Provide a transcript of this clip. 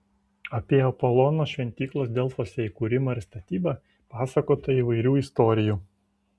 apie apolono šventyklos delfuose įkūrimą ir statybą pasakota įvairių istorijų